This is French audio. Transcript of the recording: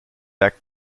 lacs